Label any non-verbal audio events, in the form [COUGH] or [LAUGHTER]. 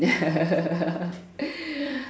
[LAUGHS]